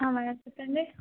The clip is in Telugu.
ఆ మేడం చెప్పండి